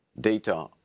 data